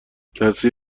کسی